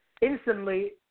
instantly